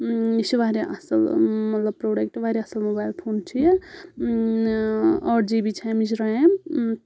یہِ چھِ واریاہ اَصٕل مَطلَب پروڈَکٹہٕ واریاہ اَصٕل موبایل پھون چھِ یہِ ٲٹھ جی بی چھِ امِچ ریم